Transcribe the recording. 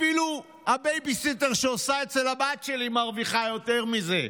אפילו הבייביסיטר שעושה אצל הבת שלי מרוויחה יותר מזה,